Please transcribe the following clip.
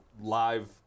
live